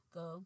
go